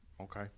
Okay